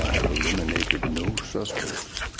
have eliminated no suspects.